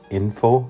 info